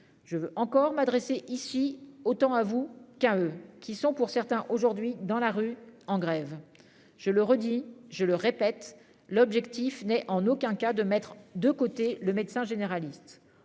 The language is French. Je veux encore m'adresser ici autant vous qu'à eux qui sont pour certains aujourd'hui dans la rue en grève. Je le redis, je le répète, l'objectif n'est en aucun cas de mettre de côté le médecin généraliste.